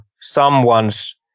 someone's